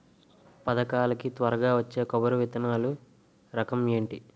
పథకాల కి త్వరగా వచ్చే కొబ్బరి విత్తనాలు రకం ఏంటి?